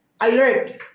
alert